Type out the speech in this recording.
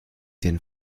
den